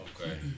Okay